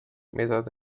مداد